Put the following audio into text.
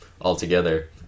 altogether